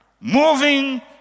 Moving